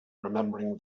remembering